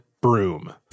broom